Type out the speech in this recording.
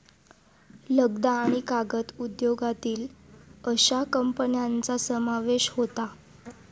लगदा आणि कागद उद्योगातील अश्या कंपन्यांचा समावेश होता